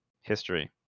History